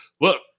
Look